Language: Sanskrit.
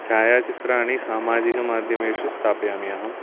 छायाचित्राणि सामाजिकमाध्यमेषु स्थापयामि अहम्